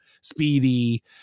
Speedy